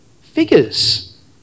figures